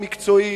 מקצועי,